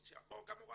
גם הורי מרוסיה.